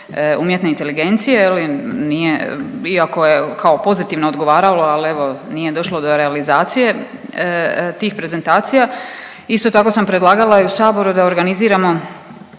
umjetne inteligencije, iako je kao pozitivno odgovaralo ali evo nije došlo do realizacije tih prezentacija. Isto tako sam predlagala i u Saboru da organiziramo